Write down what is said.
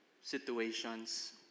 situations